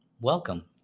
welcome